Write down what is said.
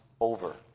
over